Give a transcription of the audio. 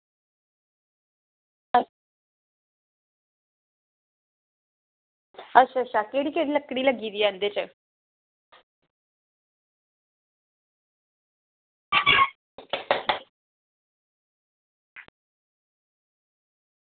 अच्छा अच्छा केह्ड़ी केह्ड़ी लकड़ी लग्गी दी ऐ एह्दे च